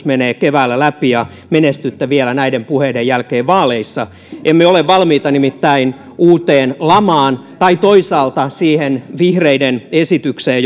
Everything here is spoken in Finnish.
menee keväällä läpi ja menestytte vielä näiden puheiden jälkeen vaaleissa emme ole nimittäin valmiita uuteen lamaan tai toisaalta siihen vihreiden esitykseen